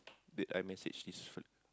did I message this fella